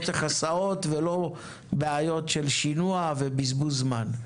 לא צריך הסעות, אין בעיות של שינוע ובזבוז זמן.